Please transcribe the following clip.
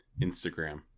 instagram